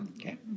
Okay